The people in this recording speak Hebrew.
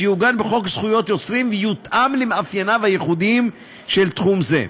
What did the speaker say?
שיעוגן בחוק זכות יוצרים ויותאם למאפייניו הייחודיים של תחום זה.